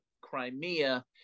Crimea